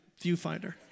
viewfinder